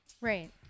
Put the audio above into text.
Right